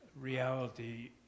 reality